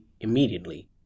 immediately